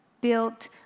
built